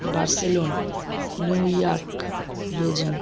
Barcelona New York Beijing